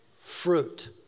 fruit